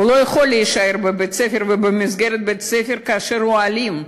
הוא לא יכול להישאר בבית-הספר ובמסגרת בית-ספר כאשר הוא אלים.